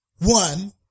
One